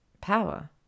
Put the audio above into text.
Power